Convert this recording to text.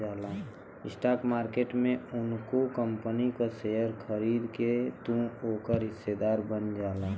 stock market में कउनो company क शेयर खरीद के तू ओकर हिस्सेदार बन जाला